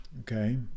okay